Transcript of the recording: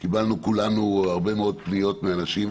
קיבלנו כולנו הרבה מאוד פניות מאנשים.